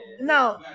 no